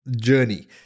journey